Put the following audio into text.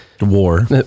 war